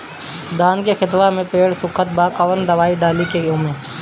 धान के खेतवा मे पेड़ सुखत बा कवन दवाई डाली ओमे?